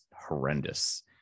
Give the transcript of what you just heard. horrendous